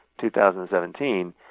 2017